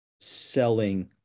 selling